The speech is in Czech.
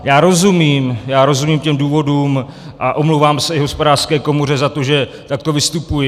Já rozumím, rozumím těm důvodům a omlouvám se i Hospodářské komoře za to, že takto vystupuji.